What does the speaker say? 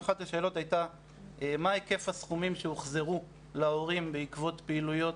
אחת השאלות הייתה מה היקף הסכומים שהוחזרו להורים בעקבות פעילויות